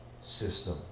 system